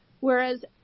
Whereas